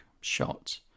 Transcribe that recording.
shot